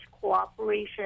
cooperation